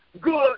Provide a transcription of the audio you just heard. good